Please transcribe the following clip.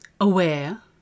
aware